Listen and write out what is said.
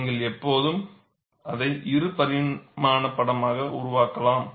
நீங்கள் எப்போதும் அதை இரு பரிமாண படமாக உருவாக்கலாம்